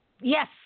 Yes